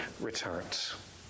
returns